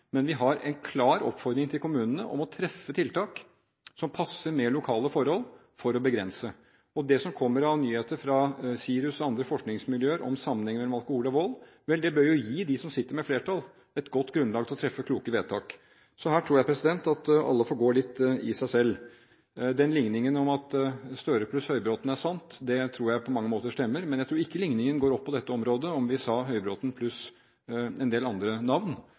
men vi har en klar oppfordring til kommunene om å treffe tiltak som passer med lokale forhold, for å begrense. Det som kommer av nyheter fra SIRUS og andre forskningsmiljøer om sammenhengen mellom alkohol og vold, bør gi dem som sitter med flertallet et godt grunnlag for å treffe kloke vedtak. Her tror jeg at alle får gå litt i seg selv. Likningen om at Støre + Høybråten = sant, tror jeg på mange måter stemmer, men jeg tror ikke at likningen går opp på dette området, hvis vi sa at Høybråten + en del andre navn